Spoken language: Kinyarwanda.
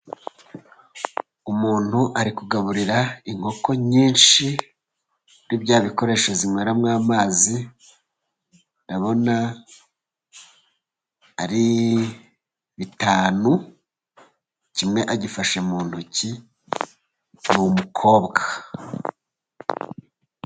Umuntu ari kugaburira inkoko nyinshi kuri bya bikoresho zinyweramwo amazi. Ndabona ari bitanu, kimwe agifashe mu ntoki, uri umukobwa.